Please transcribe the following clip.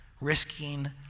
risking